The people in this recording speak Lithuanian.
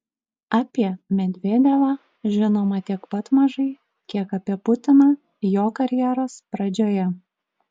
apie medvedevą žinoma tiek pat mažai kiek apie putiną jo karjeros pradžioje